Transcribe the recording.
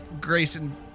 Grayson